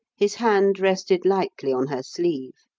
his hand rested lightly on her sleeve.